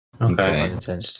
Okay